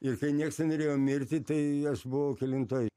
ir kai nieks nenorėjo mirti tai aš buvau kelintoj